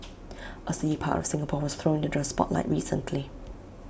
A seedy part of Singapore was thrown into the spotlight recently